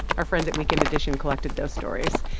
our friends at weekend edition collected those stories.